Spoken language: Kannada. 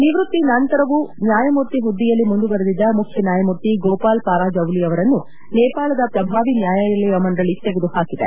ನಿವೃತ್ತಿ ನಂತರವೂ ನ್ಯಾಯಮೂರ್ತಿ ಹುದ್ದೆಯಲ್ಲಿ ಮುಂದುವರಿದ್ದಿದ್ದ ಮುಖ್ಯ ನ್ಯಾಯಮೂರ್ತಿ ಗೋಪಾಲ್ ಪಾರಾಜೌಲಿ ಅವರನ್ನು ನೇಪಾಳದ ಪ್ರಭಾವಿ ನ್ಯಾಯಾಲಯ ಮಂಡಳಿ ತೆಗೆದುಹಾಕಿದೆ